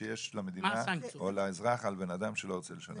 שיש למדינה או לאזרח על בן אדם שלא רוצה לשלם?